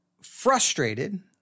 frustrated